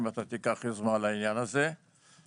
אם תיקח יוזמה על העניין הזה ולהחזיר